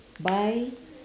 buy